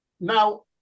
Now